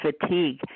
fatigue